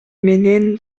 менен